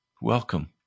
Welcome